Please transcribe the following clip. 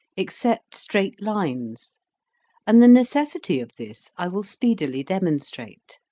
except straight lines and the necessity of this i will speedily demonstrate.